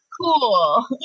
Cool